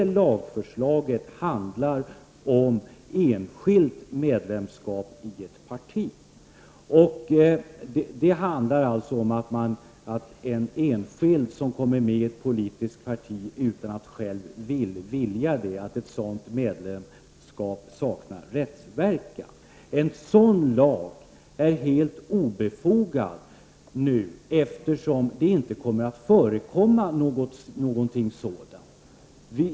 Det förslaget handlar om enskild persons medlemskap i politiskt parti, dvs. om en enskild blir medlem i ett politiskt parti utan att själv vilja det, kommer ett sådant medlemskap att sakna rättsverkan. En sådan lag är helt obefogad eftersom det nu inte kommer att förekomma någonting sådant.